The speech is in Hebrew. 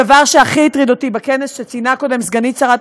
הדבר שהכי הטריד אותי בכנס שציינה קודם סגנית שרת